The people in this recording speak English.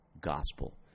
gospel